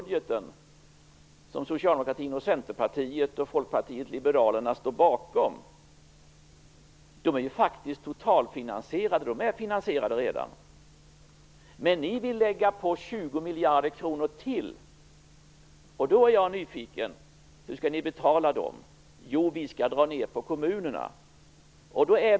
De Centerpartiet och Folkpartiet liberalerna står bakom är faktiskt totalfinansierade. De är finansierade redan. Men ni vill lägga på 20 miljarder kronor till, och då är jag nyfiken. Hur skall ni betala dem? Jo, vi skall dra ned på kommunerna.